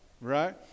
right